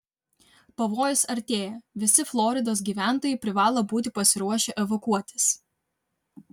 pavojus artėja visi floridos gyventojai privalo būti pasiruošę evakuotis